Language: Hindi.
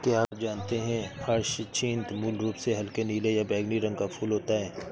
क्या आप जानते है ह्यचीन्थ मूल रूप से हल्के नीले या बैंगनी रंग का फूल होता है